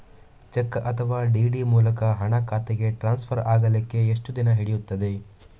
Check ಅಥವಾ DD ಮೂಲಕ ಹಣ ಖಾತೆಗೆ ಟ್ರಾನ್ಸ್ಫರ್ ಆಗಲಿಕ್ಕೆ ಎಷ್ಟು ದಿನ ಹಿಡಿಯುತ್ತದೆ?